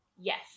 Yes